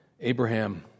Abraham